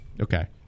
okay